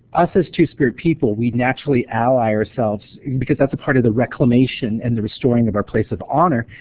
us as two-spirit people we naturally ally ourselves because that's a part of the reclamation and the restoring of our place of honor,